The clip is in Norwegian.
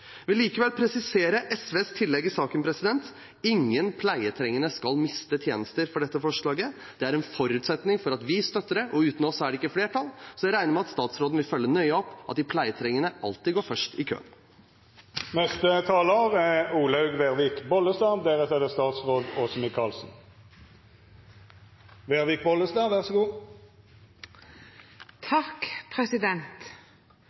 vil likevel presisere SVs tillegg i saken: Ingen pleietrengende skal miste tjenester på grunn av dette forslaget. Det er en forutsetning for at vi støtter det, og uten oss er det ikke flertall. Jeg regner med at statsråden vil følge nøye opp at de pleietrengende alltid går først i køen. Jeg tror ikke det er noen i denne salen som ikke mener at det